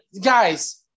guys